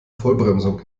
vollbremsung